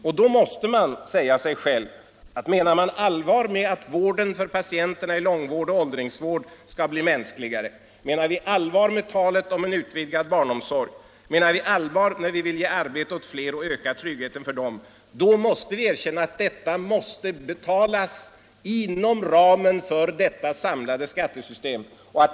Om man då menar allvar med talet om att vården för patienterna i långvård och i åldringsvård skall bli mänskligare, om utvidgad barnomsorg, om att ge arbete åt fler och ökad trygghet för dessa, måste vi också erkänna att det måste betalas inom ramen för det samlade skattesystemet.